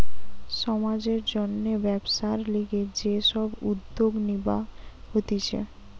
সমাজের জন্যে ব্যবসার লিগে যে সব উদ্যোগ নিবা হতিছে